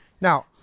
Now